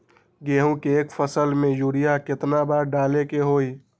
गेंहू के एक फसल में यूरिया केतना बार डाले के होई?